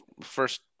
first